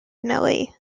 nelly